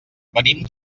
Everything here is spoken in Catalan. venim